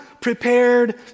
prepared